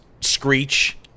screech